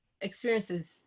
experiences